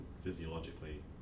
physiologically